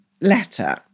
letter